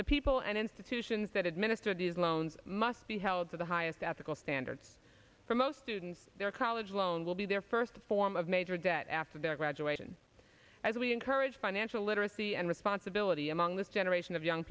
the people and institutions that administer these loans must be held to the highest ethical standards for most students their college loan will be their first form of major debt after their graduation as we encourage financial literacy and responsibility among this generation of young